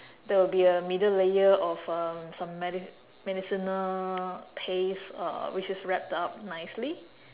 there would be a middle layer of um some medi~ medicinal paste uh which is wrapped up nicely